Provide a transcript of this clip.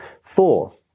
Fourth